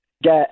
get